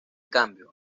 cambio